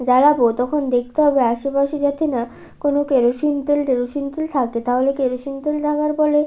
জ্বালাব তখন দেখতে হবে আশেপাশে যাতে না কোনো কেরোসিন তেল টেরোসিন তেল থাকে তাহলে কেরোসিন তেল থাকার ফলে